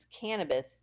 cannabis